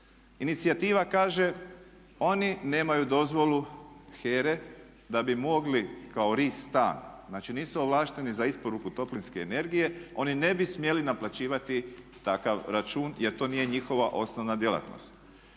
Inicijativa kaže oni nemaju dozvolu HERA-e da bi mogli kao Ri Stan, znači nisu ovlašteni za isporuku toplinske energije, oni ne bi smjeli naplaćivati takav račun jer to nije njihova osnovna djelatno.